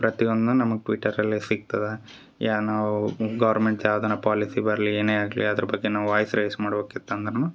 ಪ್ರತಿಯೊಂದು ನಮಗೆ ಟ್ವಿಟರ್ ಅಲ್ಲೇ ಸಿಗ್ತದ ಈಗ ನಾವು ಗೌರ್ಮೆಂಟ್ದ ಯಾವ್ದನ ಪಾಲಿಸಿ ಬರ್ಲಿ ಏನೇ ಆಗಲಿ ಅದ್ರ ಬಗ್ಗೆ ನಾವು ವಾಯ್ಸ್ ರೈಸ್ ಮಾಡ್ಬೇಕಿತ್ತು ಅಂದ್ರುನು